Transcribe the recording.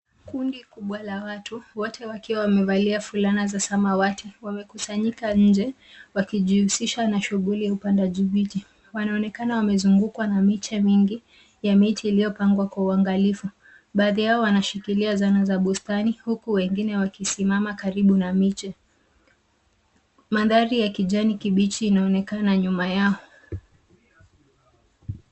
Kundi kubwa la watu, wote wamevalia fulana zao za rangi tofauti. Wamekusanyika nje, wakijihusisha na shughuli za shambani. Wanaonekana wakiwa wamezungukwa na miche mingi, iliyopangwa kwa uangalifu. Baadhi wanashikilia zana shambani, huku wengine wakiwa wamesimama karibu na miche